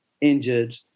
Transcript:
injured